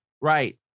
Right